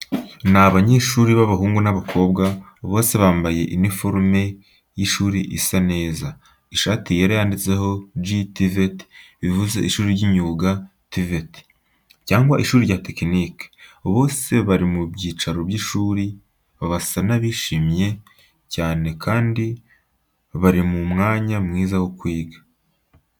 Ni abanyeshuri b’abahungu n’abakobwa, bose bambaye uniforme y’ishuri isa neza: ishati yera yanditseho "G. TVET," bivuze ishuri ry'imyuga TVET” cyangwa ishuri rya tekinike. Bose bari mu byicaro by’ishuri, basa n’abishimye cyane kandi bari mu mwanya mwiza wo kwiga.